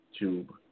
YouTube